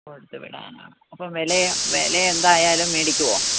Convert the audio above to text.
കൊടുത്തു വിടാനോ അപ്പോൾ വിലയോ വില എന്തായാലും മേടിക്കുമോ